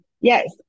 Yes